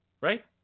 right